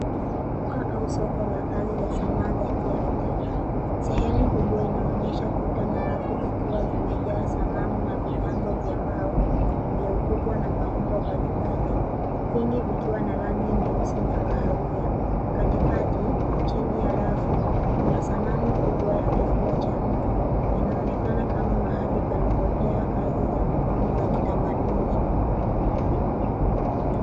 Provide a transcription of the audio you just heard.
Duka au soko la kazi za sanaa za kiafrika. Sehemu kubwa inaonyesha ukuta na rafu zikiwa zimejaa sanamu na vinyago vya mbao vya ukubwa na maumbo mbalimbali. Vingi vikiwa na rangi nyeusi na kahawia. Katikati, chini ya rafu, kuna sanamu kubwa ya kifua cha mtu. Inaonekana kama mahali palipojaa kazi za mikono za kitamaduni.